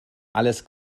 alles